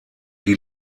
die